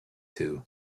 two